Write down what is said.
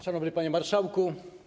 Szanowny Panie Marszałku!